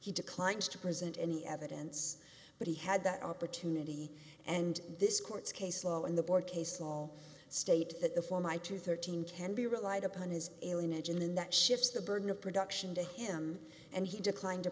he declines to present any evidence but he had that opportunity and this court's case law and the board case law state that a for my to thirteen can be relied upon his alienation in that shifts the burden of production to him and he declined to